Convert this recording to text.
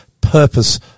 purpose